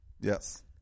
Yes